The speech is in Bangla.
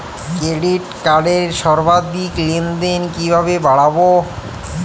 ক্রেডিট কার্ডের সর্বাধিক লেনদেন কিভাবে বাড়াবো?